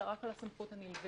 אלא רק על הסמכות הנלווית.